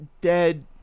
dead